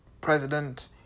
president